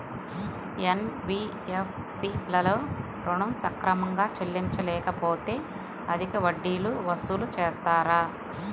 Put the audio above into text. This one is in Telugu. ఎన్.బీ.ఎఫ్.సి లలో ఋణం సక్రమంగా చెల్లించలేకపోతె అధిక వడ్డీలు వసూలు చేస్తారా?